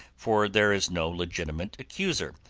for there is no legitimate accuser.